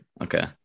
Okay